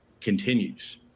continues